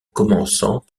commençant